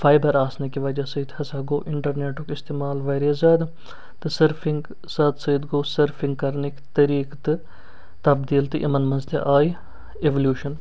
fibre آسنٕکۍ وجہ سۭتۍ ہسا گوٚو اِنٹَرنیٚٹُک استعمال واریاہ زیادٕ تہٕ سٔرفِنٛگ ساتہٕ سۭتۍ گوٚو سٔرفِنٛگ کرنٕکۍ طریٖقہٕ تہٕ تبدیٖل تہِ یِمَن منٛز تہِ آیہِ ایٚولوشَن